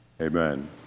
Amen